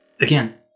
again